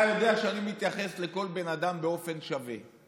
אתה יודע שאני מתייחס לכל בן אדם באופן שווה.